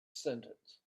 sentence